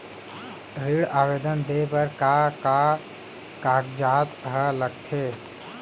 ऋण आवेदन दे बर का का कागजात ह लगथे?